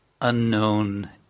unknown